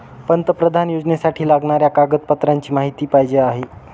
पंतप्रधान योजनेसाठी लागणाऱ्या कागदपत्रांची माहिती पाहिजे आहे